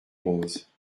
roses